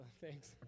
thanks